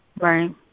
Right